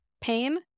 pain